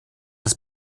das